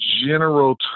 general